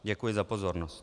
Děkuji za pozornost. .